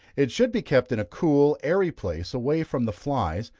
it should be kept in a cool, airy place, away from the flies,